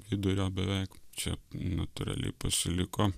vidurio beveik čia natūraliai pasiliko